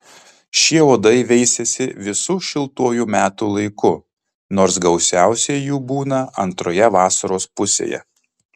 šie uodai veisiasi visu šiltuoju metų laiku nors gausiausiai jų būna antroje vasaros pusėje